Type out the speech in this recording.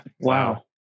wow